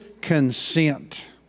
consent